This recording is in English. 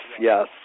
Yes